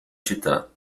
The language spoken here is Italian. città